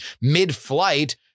mid-flight